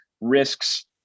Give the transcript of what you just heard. risks